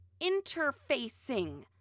interfacing